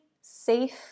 safe